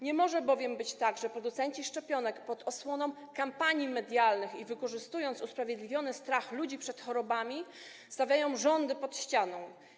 Nie może bowiem być tak, że producenci szczepionek pod osłoną kampanii medialnych i wykorzystując usprawiedliwiony strach ludzi przed chorobami, stawiają rządy pod ścianą.